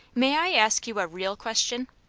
may i ask you a real question?